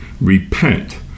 Repent